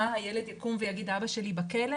מה, הילד יקום ויגיד האבא שלי בכלא?